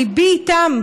שליבי איתם,